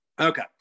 Okay